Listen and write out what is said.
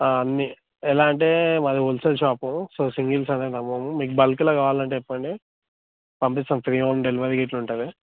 అన్నీ ఎలా అంటే మాది హోల్సేల్ షాప్ సో సింగల్స్ అనేది అమ్మము మీకు బల్క్లో కావాలంటే చెప్పండి పంపిస్తాం ఫ్రీ హోమ్ డెలివరీ గిట్ల ఉంటుంది